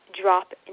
drop